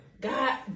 God